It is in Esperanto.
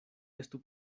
estu